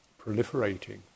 proliferating